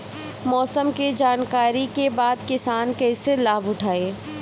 मौसम के जानकरी के बाद किसान कैसे लाभ उठाएं?